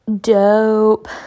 dope